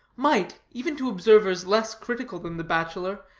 might, even to observers less critical than the bachelor,